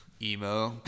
emo